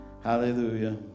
Hallelujah